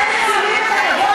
הם מצילים את הכבוד